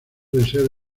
deseo